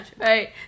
right